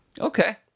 Okay